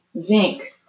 zinc